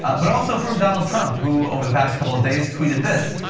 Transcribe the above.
but also from donald trump, who over the past couple of days tweeted this,